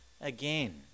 again